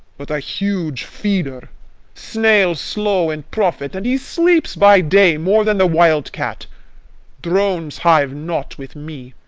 but a huge feeder snail-slow in profit, and he sleeps by day more than the wild-cat drones hive not with me,